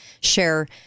share